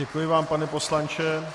Děkuji vám, pane poslanče.